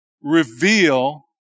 reveal